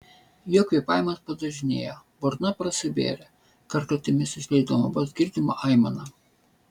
jo kvėpavimas padažnėjo burna prasivėrė kartkartėmis išleisdama vos girdimą aimaną